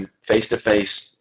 face-to-face